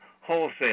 wholesale